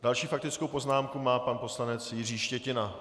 Další faktickou poznámku má pan poslanec Jiří Štětina.